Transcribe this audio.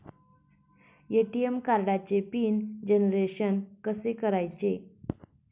ATM कार्डचे pin generation कसे करायचे?